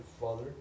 father